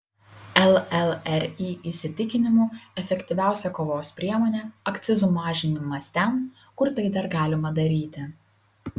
llri įsitikinimu efektyviausia kovos priemonė akcizų mažinimas ten kur tai dar galima daryti